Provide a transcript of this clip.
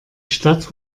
stadt